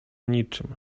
niczym